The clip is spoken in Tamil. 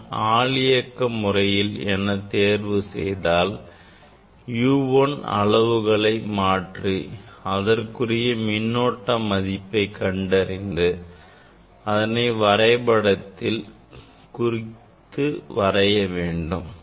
நான் ஆள் இயக்க முறையில் எனத் தேர்வு செய்தால் U1 அளவுகளை மாற்றி அதற்குரிய மின்னோட்ட மதிப்பை கண்டறிந்து அதனை வரைபடத்தில் குறித்து வரைய வேண்டும்